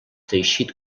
teixit